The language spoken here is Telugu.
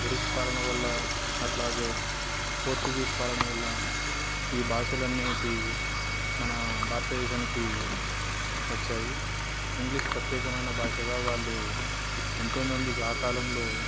బ్రిటిష్ పాలన వల్ల అట్లాగే పోర్చుగీస్ పాలనవల్ల ఈ భాషలనేటివి మన భారతదేశానికి వచ్చాయి ఇంగ్లీష్ ప్రత్యేకమైన భాషగా వాళ్ళు ఎంతోమందికి ఆ కాలంలో